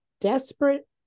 desperate